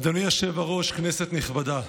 אדוני היושב-ראש, כנסת נכבדה.